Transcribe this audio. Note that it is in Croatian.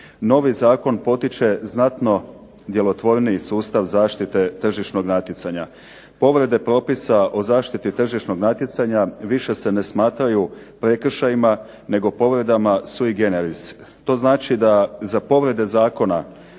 Novi zakon potiče znatno djelotvorniji sustav zaštite tržišnog natjecanja. Povrede propisa o zaštiti tržišnog natjecanja više ne smatraju prekršajima nego povredama sui generis. To znači da za povrede zakona